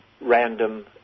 random